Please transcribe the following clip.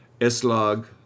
S-Log